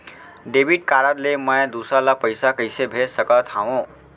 Debit card ले मैं दूसर ला पइसा कइसे भेज सकत हओं?